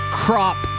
crop